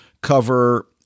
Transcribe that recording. cover